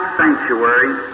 sanctuary